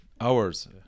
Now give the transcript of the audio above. hours